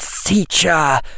teacher